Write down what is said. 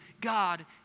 God